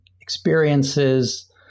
experiences